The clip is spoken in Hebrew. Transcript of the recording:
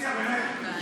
חייב לומר לך משהו,